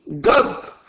God